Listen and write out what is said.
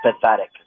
pathetic